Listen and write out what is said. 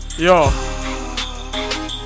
Yo